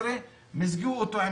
ב-2016 מיזגו אותו,